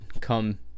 come